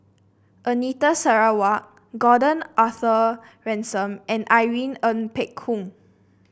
Anita Sarawak Gordon Arthur Ransome and Irene Ng Phek Hoong